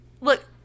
Look